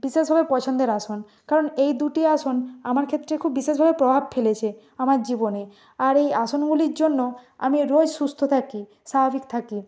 বিশেষভাবে পছন্দের আসন কারণ এই দুটি আসন আমার ক্ষেত্রে খুব বিশেষভাবে প্রভাব ফেলেছে আমার জীবনে আর এই আসনগুলির জন্য আমি রোজ সুস্থ থাকি স্বাভাবিক থাকি